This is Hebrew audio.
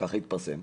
כך התפרסם.